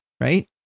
right